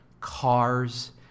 cars